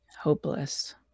hopeless